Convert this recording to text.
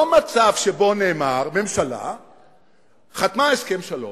לא מצב שבו נאמר, ממשלה חתמה הסכם שלום,